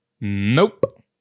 Nope